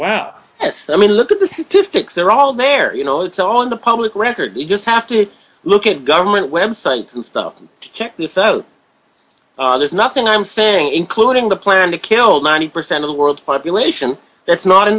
wow i mean look at the statistics they're all there you know it's all in the public record you just have to look at government web site stuff to check this out there's nothing i'm saying including the plan to kill ninety percent of the world's population that's not in